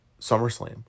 SummerSlam